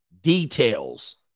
details